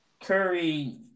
Curry